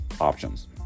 options